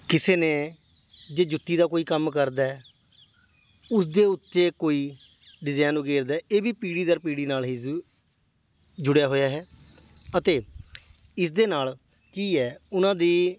ਕਿਸੇ ਨੇ ਜੇ ਜੁੱਤੀ ਦਾ ਕੋਈ ਕੰਮ ਕਰਦਾ ਉਸਦੇ ਉੱਤੇ ਕੋਈ ਡਿਜ਼ਾਇਨ ਉਕੇਰਦਾ ਇਹ ਵੀ ਪੀੜ੍ਹੀ ਦਰ ਪੀੜ੍ਹੀ ਨਾਲ਼ ਹੀ ਜ਼ੁ ਜੁੜਿਆ ਹੋਇਆ ਹੈ ਅਤੇ ਇਸ ਦੇ ਨਾਲ਼ ਕੀ ਹੈ ਉਹਨਾਂ ਦੀ